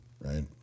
right